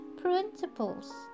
principles